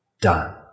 Done